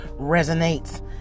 resonates